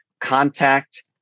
contact